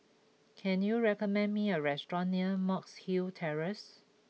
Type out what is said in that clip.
can you recommend me a restaurant near Monk's Hill Terrace